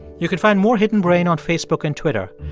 you can find more hidden brain on facebook and twitter.